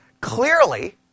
Clearly